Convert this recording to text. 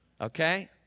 Okay